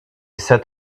set